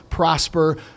prosper